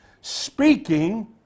speaking